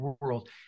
world